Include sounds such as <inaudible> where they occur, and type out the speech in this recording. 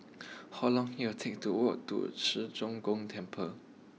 <noise> how long it'll take to walk to Ci Zheng Gong Temple